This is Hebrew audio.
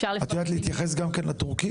את יודעת להתייחס גם לטורקים?